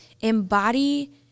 embody